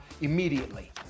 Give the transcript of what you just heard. immediately